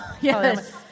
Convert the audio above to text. Yes